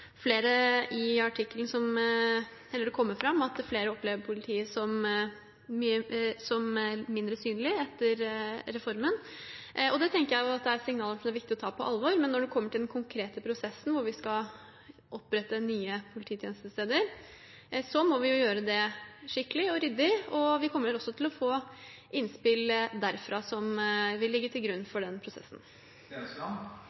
i artikkelen fram at flere opplever politiet som mindre synlig etter reformen. Det tenker jeg er signaler det er viktig å ta på alvor. Når det gjelder den konkrete prosessen hvor vi skal opprette nye polititjenestesteder, må vi gjøre det skikkelig og ryddig, og vi kommer også til å få innspill derfra som vil ligge til grunn